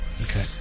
Okay